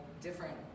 different